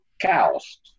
cows